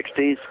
1960s